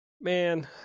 Man